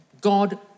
God